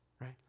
right